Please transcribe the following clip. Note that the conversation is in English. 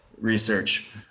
research